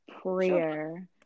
prayer